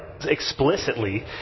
explicitly